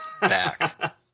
back